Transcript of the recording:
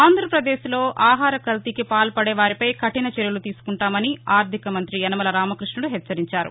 ఆంధ్రాపదేశ్లో ఆహార కల్తీకి పాల్పదే వారిపై కఠిన చర్యలు తీసుకుంటామని ఆర్లిక మంతి యనమల రామకృష్ణుడు హెచ్చరించారు